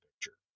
picture